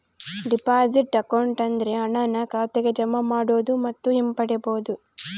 deposit account ಅಂದ್ರೆ ಹಣನ ಖಾತೆಗೆ ಜಮಾ ಮಾಡೋದು ಮತ್ತು ಹಿಂಪಡಿಬೋದು